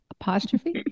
apostrophe